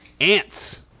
Ants